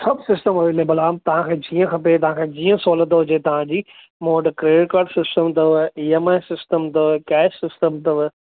सभु system available आहे तव्हांखे जीअं खपे तव्हांखे जीअं सहुलियत हुजे तव्हांजी मूं वटि क्रेडिट कार्ड सिस्टम अथव ई एम आई सिस्टम अथव कैश सिस्टम अथव